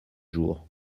jours